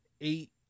eight